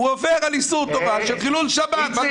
הוא עובר על איסור תורה של חילול שבת,